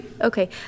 Okay